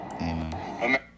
Amen